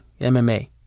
mma